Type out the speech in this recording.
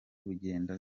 bugenda